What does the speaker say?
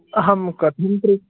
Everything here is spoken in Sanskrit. अहं कथञ्चित्